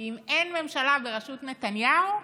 כי אם אין ממשלה בראשות נתניהו,